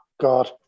God